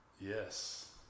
Yes